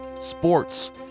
sports